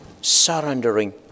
Surrendering